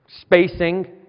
spacing